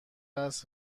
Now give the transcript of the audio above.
است